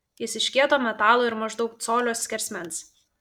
jis iš kieto metalo ir maždaug colio skersmens